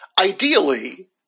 Ideally